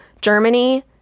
Germany